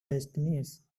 destinies